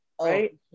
Right